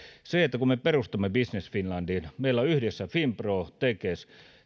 kun me perustamme business finlandin meillä on yhdessä finpro tekes